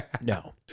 No